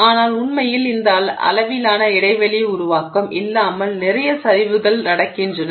ஆனால் உண்மையில் இந்த அளவிலான இடைவெளி உருவாக்கம் இல்லாமல் நிறைய சரிவுகள் நடக்கின்றன